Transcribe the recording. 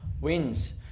Wins